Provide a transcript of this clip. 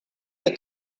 they